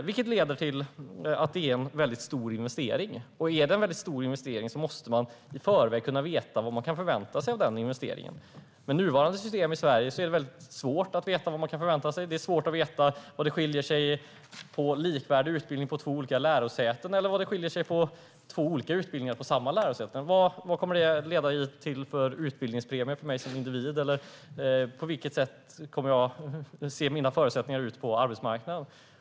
Det är alltså en stor investering, och för en sådan måste man i förväg kunna få veta vad man kan förvänta sig. Med Sveriges nuvarande system är detta svårt. Det är svårt att få reda på skillnaden mellan likvärdiga utbildningar på två olika lärosäten eller mellan olika utbildningar på samma lärosäte. Vilken utbildningspremie kommer detta att ge mig som individ? Hur ser mina förutsättningar ut på arbetsmarknaden?